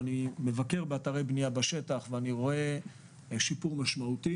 אני מבקר באתרי בניה בשטח ואני רואה שיפור משמעותי